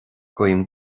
guím